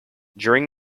during